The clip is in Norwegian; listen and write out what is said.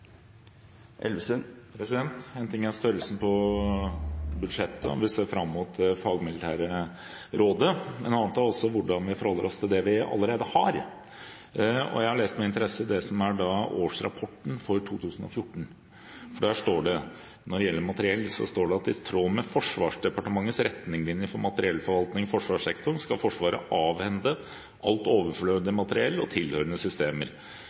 størrelsen på budsjettet, og vi ser fram til det fagmilitære rådet. Noe annet er hvordan vi forholder oss til det som vi allerede har. Jeg har lest med interesse årsrapporten for 2014. Der står det når det gjelder materiell: «I tråd med Forsvarsdepartementets retningslinjer for materiellforvaltning i forsvarssektoren skal Forsvaret avhende alt overflødig materiell og tilhørende systemer.